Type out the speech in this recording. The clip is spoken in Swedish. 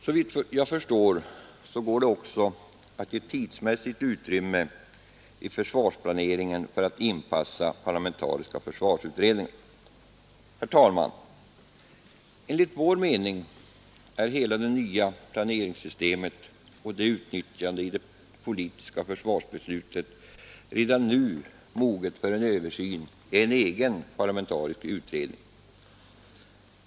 Såvitt jag förstår går det också att ge tidsmässigt utrymme i försvarsplaneringen för att inpassa parlamentariska försvarsutredningar. Herr talman! Enligt vår mening är hela det nya planeringssystemet och dess utnyttjande i de politiska försvarsbesluten redan nu moget för en översyn i en egen parlamentarisk utredning.